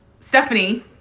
Stephanie